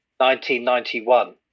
1991